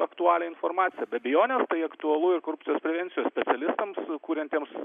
aktualią informaciją be abejonės tai aktualu ir korupcijos prevencijos specialistams kuriantiems